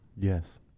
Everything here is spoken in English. Yes